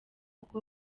kuko